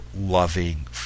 loving